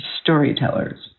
storytellers